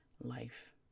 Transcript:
life